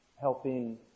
helping